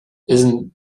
isn’t